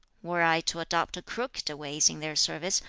were i to adopt crooked ways in their service,